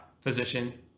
physician